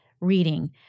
reading